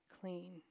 clean